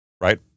right